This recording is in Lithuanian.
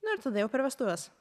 nu ir tada jau per vestuves